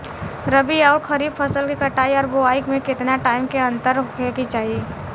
रबी आउर खरीफ फसल के कटाई और बोआई मे केतना टाइम के अंतर होखे के चाही?